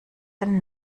den